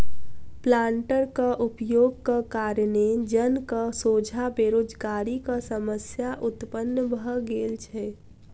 प्लांटरक उपयोगक कारणेँ जनक सोझा बेरोजगारीक समस्या उत्पन्न भ गेल छै